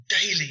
daily